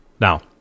Now